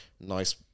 nice